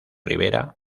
rivera